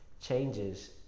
changes